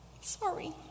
Sorry